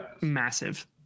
massive